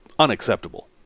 unacceptable